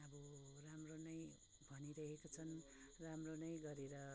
अब राम्रो नै भनिरहेका छन् राम्रो नै गरेर